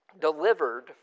delivered